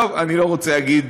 טוב, אני לא רוצה להגיד